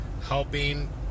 helping